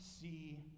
see